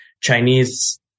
chinese